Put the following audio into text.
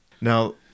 Now